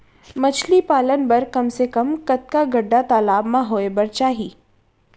मछली पालन बर कम से कम कतका गड्डा तालाब म होये बर चाही?